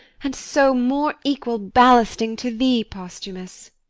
and so more equal ballasting to thee, posthumus.